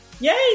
Yay